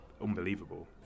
unbelievable